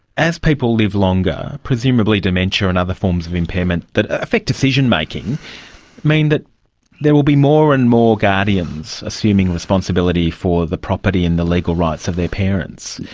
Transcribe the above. as people live longer, presumably dementia and other forms of impairment that affect decision-making mean that there will be more and more guardians assuming responsibility for the property and the legal rights of their parents.